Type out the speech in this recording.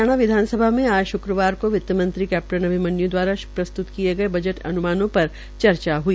हरियाणा विधानसभा में आज शक्रवार को वित्तमंत्री कैप्टन अभिमन्यू दवारा प्रस्तृत किये गये बजट अनुमानों पर चर्चा हई